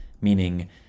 meaning